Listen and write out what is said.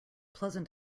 pleasant